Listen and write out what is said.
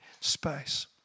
space